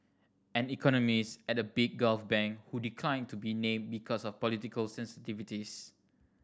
an economist at a big Gulf bank who declined to be named because of political sensitivities